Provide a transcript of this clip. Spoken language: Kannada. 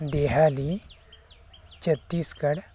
ದೆಹಲಿ ಛತ್ತೀಸ್ಗಢ್